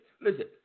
listen